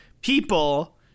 people